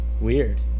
weird